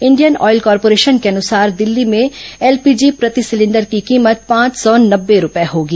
Indian oil corporation के अनुसार दिल्ली में एलपीजी प्रति सिलेंडर की कीमत पांच सौ नब्बे रूपये होगी